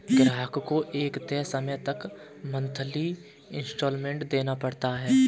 ग्राहक को एक तय समय तक मंथली इंस्टॉल्मेंट देना पड़ता है